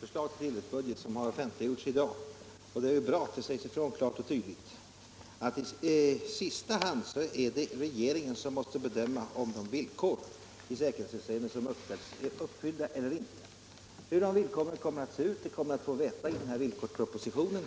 förslag till tilläggsbudget som har offentliggjorts i dag — och det är bra att det sägs ifrån klart och tydligt — att i sista hand är det regeringen som måste bedöma om de villkor i säkerhetshänseende som uppställts är uppfyllda eller inte. Hur de villkoren kommer att se ut får vi veta i den s.k. villkorspropositionen.